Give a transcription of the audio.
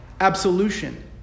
absolution